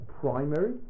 primary